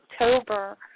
October